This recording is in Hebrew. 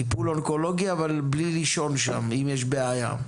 טיפול אונקולוגי אבל בלי לישון שם אם יש בעיה.